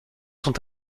sont